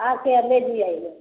आके आ ले जी आइएगा